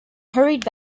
hurried